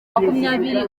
makumyabiri